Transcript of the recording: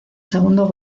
segundo